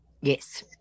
Yes